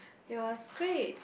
it was great